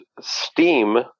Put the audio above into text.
steam